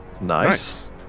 Nice